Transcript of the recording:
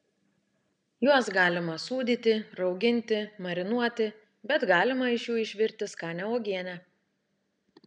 juos galima sūdyti rauginti marinuoti bet galima iš jų išvirti skanią uogienę